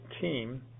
team